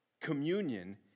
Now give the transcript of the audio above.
Communion